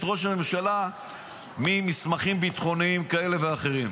ראש הממשלה ממסמכים ביטחוניים כאלה ואחרים.